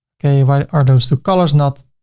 okay. why are those two colors not